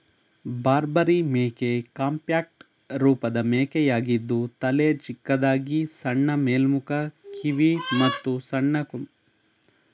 ಬಾರ್ಬರಿ ಮೇಕೆ ಕಾಂಪ್ಯಾಕ್ಟ್ ರೂಪದ ಮೇಕೆಯಾಗಿದ್ದು ತಲೆ ಚಿಕ್ಕದಾಗಿ ಸಣ್ಣ ಮೇಲ್ಮುಖ ಕಿವಿ ಮತ್ತು ಸಣ್ಣ ಕೊಂಬನ್ನು ಹೊಂದಿದೆ